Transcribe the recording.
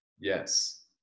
yes